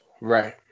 right